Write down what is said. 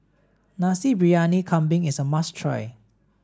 Nasi Briyani Kambing is a must try